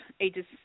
ages